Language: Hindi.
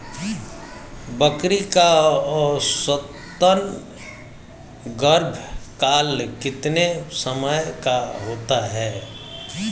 बकरी का औसतन गर्भकाल कितने समय का होता है?